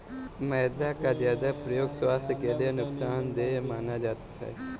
मैदा का ज्यादा प्रयोग स्वास्थ्य के लिए नुकसान देय माना जाता है